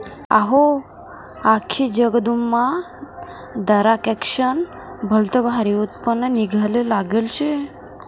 अहो, आख्खी जगदुन्यामा दराक्शेस्नं भलतं भारी उत्पन्न निंघाले लागेल शे